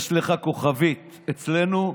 יש לך כוכבית אצלנו,